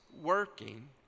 working